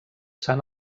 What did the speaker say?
sant